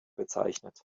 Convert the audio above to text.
bezeichnet